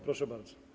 Proszę bardzo.